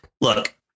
Look